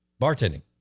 bartending